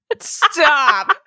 Stop